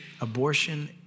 Abortion